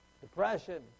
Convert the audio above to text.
depression